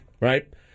right